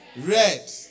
Red